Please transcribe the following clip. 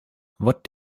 what